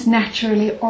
naturally